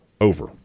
Over